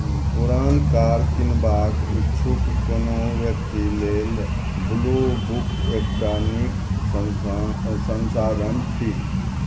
पुरान कार किनबाक ईच्छुक कोनो व्यक्ति लेल ब्लू बुक एकटा नीक सन्सा संसाधन थिक